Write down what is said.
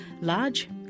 large